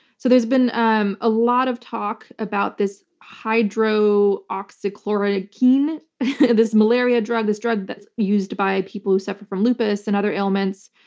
so there's been um a lot of talk about this hydroxychloroquine, this malaria drug, this drug that's being used by people who suffer from lupus and other ailments.